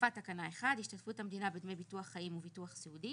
החלפת תקנה 1 השתתפות המדינה בדמי ביטוח חיים וביטוח סיעודי.